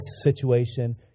situation